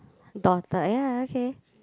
daughter ya okay